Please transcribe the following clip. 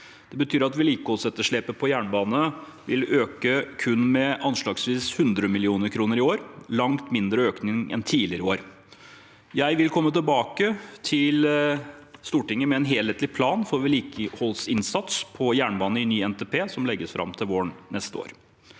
Det betyr at vedlikeholdsetterslepet på jernbanen kun vil øke med anslagsvis 100 mill. kr i år. Det er en langt mindre økning enn tidligere år. Jeg vil komme tilbake til Stortinget med en helhetlig plan for vedlikeholdsinn satsen på jernbanen i ny NTP, som legges fram til våren neste år.